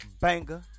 Banger